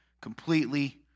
completely